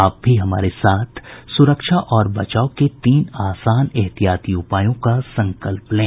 आप भी हमारे साथ सुरक्षा और बचाव के तीन आसान एहतियाती उपायों का संकल्प लें